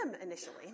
initially